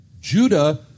Judah